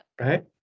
right